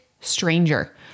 stranger